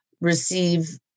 receive